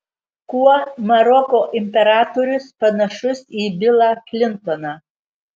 kuo maroko imperatorius panašus į bilą klintoną